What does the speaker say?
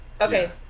Okay